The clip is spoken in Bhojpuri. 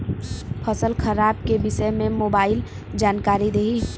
फसल खराब के विषय में मोबाइल जानकारी देही